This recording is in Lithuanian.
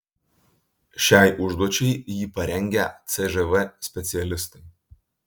šiai užduočiai jį parengę cžv specialistai